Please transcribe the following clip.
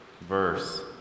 verse